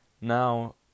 Now